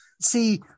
See